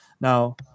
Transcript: Now